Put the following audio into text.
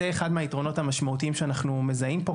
זה אחד מהיתרונות המשמעותיים שאנחנו מזהים פה.